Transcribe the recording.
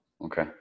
Okay